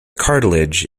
cartilage